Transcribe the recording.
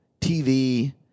TV